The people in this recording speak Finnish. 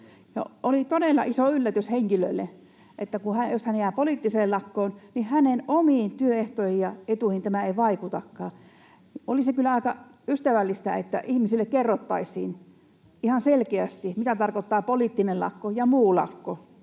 Oli todella iso yllätys henkilölle, että jos hän jää poliittiseen lakkoon, niin hänen omiin työehtoihinsa ja etuihinsa tämä ei vaikutakaan. Olisi kyllä aika ystävällistä, että ihmisille kerrottaisiin ihan selkeästi, mitä tarkoittaa poliittinen lakko ja muu lakko.